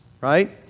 right